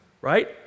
Right